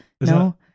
No